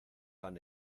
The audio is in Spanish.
han